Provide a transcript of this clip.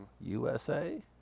USA